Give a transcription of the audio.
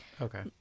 okay